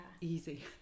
easy